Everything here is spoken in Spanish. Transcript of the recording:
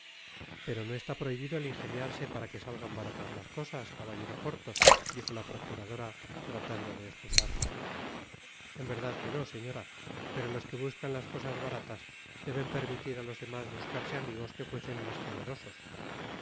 pero no está prohibido el ingeniarse para que salgan baratas las cosas caballero porthos dijo la procuradora tratando de escusarse en verdad que no señora pero los que buscan las cosas baratas deben permitir á los demás buscarse amigos que fueren mas generosos